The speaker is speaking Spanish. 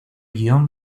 guion